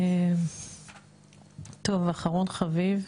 אחרון חביב,